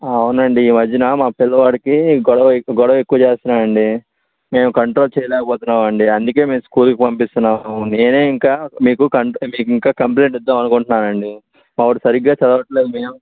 అవునండి ఈ మధ్యన మా పిల్లవాడికి గొడవ గొడవ ఎక్కువ చేస్తున్నాడండి మేము కంట్రోల్ చేయలేకపోతున్నామండీ అందుకే మేము స్కూల్ కి పంపిస్తున్నాం నేనే ఇంకా మీకు కంప్ మీకింక కంప్లయింట్ ఇద్దామనుకుంటున్నానండి మా వాడు సరిగ్గా చదవట్లేదు మేము